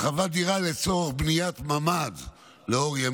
הרחבת דירה לצורך בניית ממ"ד או ממ"ק,